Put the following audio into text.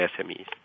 SMEs